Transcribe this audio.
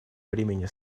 бремени